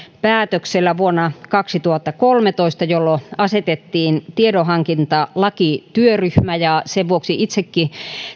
päätöksellä vuonna kaksituhattakolmetoista jolloin asetettiin tiedonhankintalakityöryhmä sen vuoksi itsekin